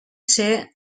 ser